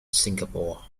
singapore